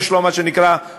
יש לו מה שנקרא פוסט-פוליו.